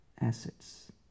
assets